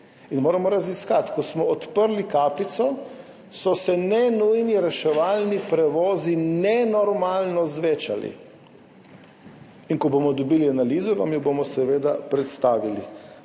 in moramo raziskati. Ko smo odprli kapico, so se nenujni reševalni prevozi nenormalno zvečali. In ko bomo dobili analizo, vam jo bomo seveda predstavili.